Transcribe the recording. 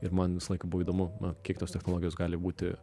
ir man visą laiką buvo įdomu kiek tos technologijos gali būti